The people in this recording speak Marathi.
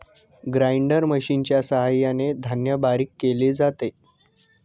ग्राइंडर मशिनच्या सहाय्याने धान्य बारीक केले जाते